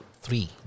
three